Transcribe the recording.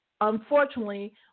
unfortunately